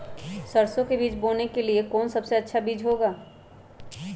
सरसो के बीज बोने के लिए कौन सबसे अच्छा बीज होगा?